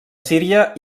síria